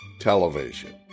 television